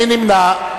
מי נמנע?